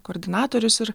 koordinatorius ir